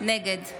נגד